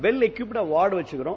well எக்யூப்டா ward வச்சிருக்கோம்